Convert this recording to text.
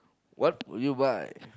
what will you buy